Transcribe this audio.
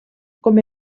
com